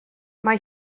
mae